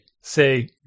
say